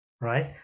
right